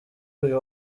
uyu